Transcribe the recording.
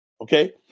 Okay